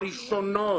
הראשונות